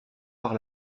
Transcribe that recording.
par